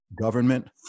government